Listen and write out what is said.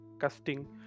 casting